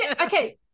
Okay